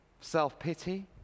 Self-pity